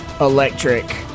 electric